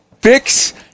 fix